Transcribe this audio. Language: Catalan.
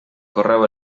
correu